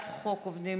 עובדים